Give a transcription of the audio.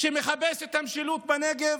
שמחפש את המשילות בנגב,